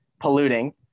polluting